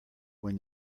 when